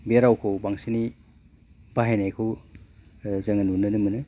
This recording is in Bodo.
बे रावखौ बांसिनै बाहायनायखौ जोङो नुनो मोनो